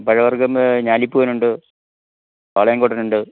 പഴവര്ഗ്ഗം ഞാലിപ്പൂവനുണ്ട് പാളയങ്കൊടനുണ്ട്